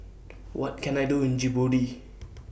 What Can I Do in Djibouti